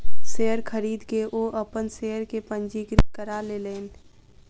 share खरीद के ओ अपन शेयर के पंजीकृत करा लेलैन